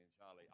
Charlie